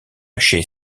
chez